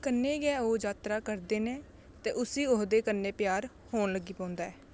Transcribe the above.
कन्नै गै ओह् जातरा करदे न ते उस्सी ओह्दे कन्ने प्यार होन लगी पोंदा ऐ